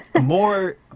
More